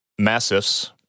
massifs